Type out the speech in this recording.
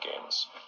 games